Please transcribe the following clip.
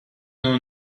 knew